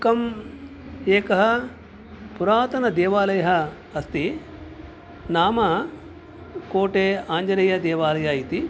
एकम् एकः पुरातनदेवालयः अस्ति नाम कोटे आञ्जनेयदेवालयः इति